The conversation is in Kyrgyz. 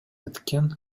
эткен